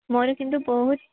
ମୋର କିନ୍ତୁ ବହୁତ